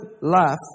life